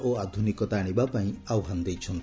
ଓ ଆଧୁନିକତା ଆଶିବାପାଇଁ ଆହ୍ୱାନ ଦେଇଛନ୍ତି